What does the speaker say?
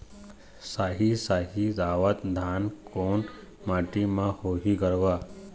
साही शाही दावत धान कोन माटी म होही गरवा?